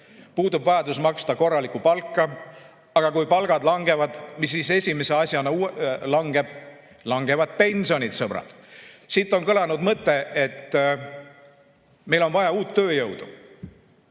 puudub vajadus maksta korralikku palka. Aga kui palgad langevad, mis siis esimese asjana langeb? Langevad pensionid, sõbrad. Siit on kõlanud mõte, et meil on vaja uut tööjõudu.